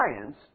science